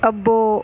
అబ్బో